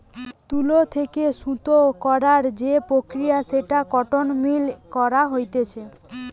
তুলো থেকে সুতো করার যে প্রক্রিয়া সেটা কটন মিল এ করা হতিছে